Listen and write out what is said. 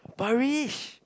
Parish